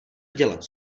dělat